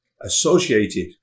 associated